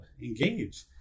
Engage